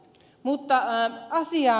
mutta asiaan